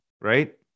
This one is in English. Right